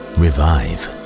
revive